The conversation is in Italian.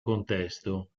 contesto